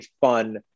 fun